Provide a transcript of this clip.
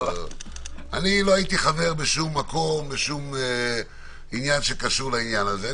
לא הייתי חבר בשום מקום שקשור לעניין הזה.